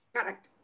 Correct